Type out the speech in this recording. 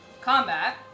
combat